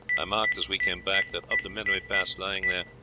i marked as we came back that of the men we passed lying there,